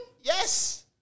Yes